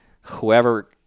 whoever